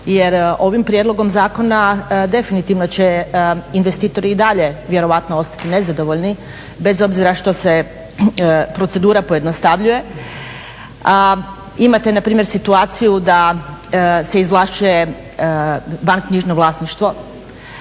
jer ovim prijedlogom zakona definitivno će investitori i dalje vjerojatno ostati nezadovoljni bez obzira što se procedura pojednostavljuje. Imate na primjer situaciju da se izvlašćuje …/Govornica